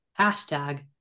hashtag